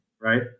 right